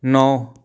ਨੌ